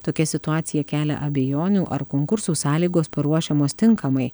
tokia situacija kelia abejonių ar konkursų sąlygos paruošiamos tinkamai